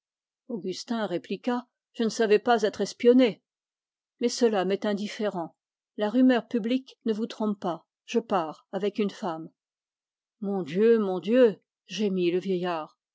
je ne savais pas être espionné mais cela m'est indifférent la rumeur publique ne vous trompe pas je pars avec une femme mon dieu gémit le vieillard